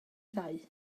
ddau